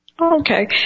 Okay